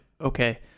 okay